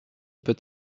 peut